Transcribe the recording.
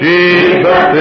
Jesus